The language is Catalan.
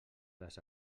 les